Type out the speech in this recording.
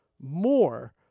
more